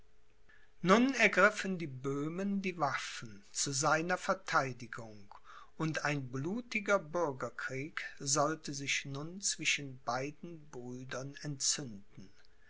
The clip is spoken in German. nun ergriffen die böhmen die waffen zu seiner vertheidigung und ein blutiger bürgerkrieg sollte sich nun zwischen beiden brüdern entzünden